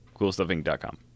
CoolStuffInc.com